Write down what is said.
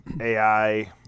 AI